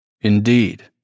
Indeed